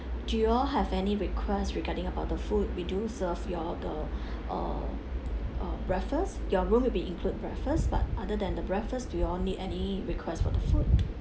do you all have any request regarding about the food we do serve you all the uh uh breakfast your room will be include breakfast but other than the breakfast do you all need any request for the food